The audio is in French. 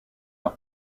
leur